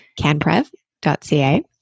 canprev.ca